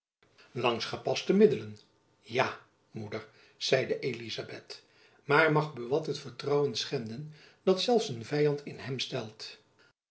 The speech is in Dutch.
langs gepaste middelen ja moeder zeide elizabeth maar mag buat het vertrouwen schenden dat zelfs een vyand in hem stelt